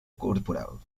corporal